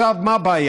עכשיו, מה הבעיה?